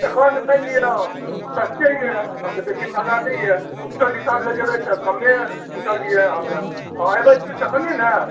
एखन मानि लिअ सस्ते अइ एखन तऽ बेसी महगा नहि अइ क्विन्टल हिसाब लगेबै तऽ कमे अहाँके अहाँ अएबे तखनिए ने